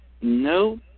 no